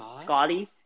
Scotty